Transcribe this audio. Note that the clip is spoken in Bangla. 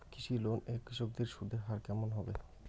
কৃষি লোন এ কৃষকদের সুদের হার কেমন হবে?